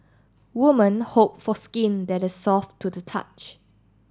women hope for skin that is soft to the touch